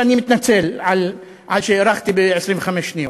ואני מתנצל על שהארכתי ב-25 שניות,